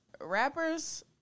Rappers